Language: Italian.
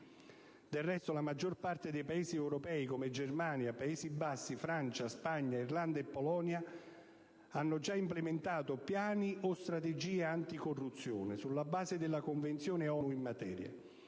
Del resto, la maggior parte dei Paesi europei, come Germania, Paesi Bassi, Francia, Spagna, Irlanda e Polonia, hanno già implementato piani o strategie anticorruzione, sulla base della Convenzione ONU in materia.